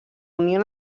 unió